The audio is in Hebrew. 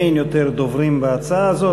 אין יותר דוברים בהצעה הזאת.